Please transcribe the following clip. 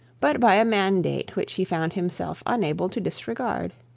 but by a mandate which he found himself unable to disregard.